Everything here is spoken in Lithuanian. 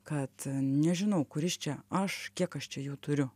kad nežinau kuris čia aš kiek aš čia jau turiu